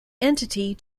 entity